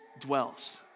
dwells